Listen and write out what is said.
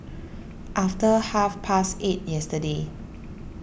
after half past eight yesterday